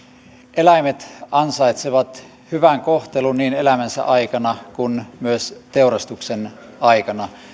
eläimet ansaitsevat hyvän kohtelun niin elämänsä aikana kuin myös teurastuksen aikana